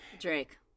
Drake